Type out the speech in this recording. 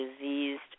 diseased